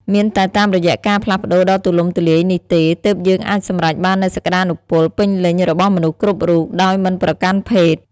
មានតែតាមរយៈការផ្លាស់ប្តូរដ៏ទូលំទូលាយនេះទេ ទើបយើងអាចសម្រេចបាននូវសក្តានុពលពេញលេញរបស់មនុស្សគ្រប់រូប ដោយមិនប្រកាន់ភេទ។